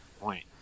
point